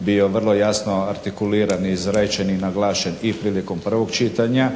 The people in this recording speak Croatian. bio vrlo jasno artikuliran, i izrečen i naglašen i prilikom 1. čitanja.